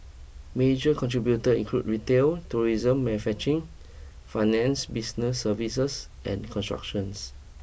major contributor include retail tourism manufacturing finance business services and construction